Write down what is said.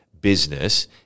business